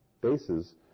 Bases